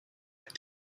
that